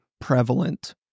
prevalent